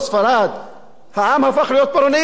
העם הפך להיות פרנואיד מרוב איומים.